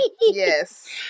Yes